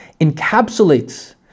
encapsulates